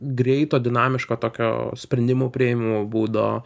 greito dinamiško tokio sprendimų priėmimo būdo